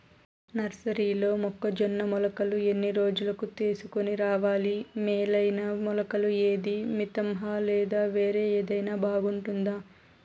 నర్సరీలో మొక్కజొన్న మొలకలు ఎన్ని రోజులకు తీసుకొని రావాలి మేలైన మొలకలు ఏదీ? మితంహ లేదా వేరే ఏదైనా బాగుంటుందా?